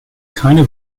keine